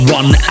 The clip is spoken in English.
one